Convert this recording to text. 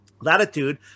latitude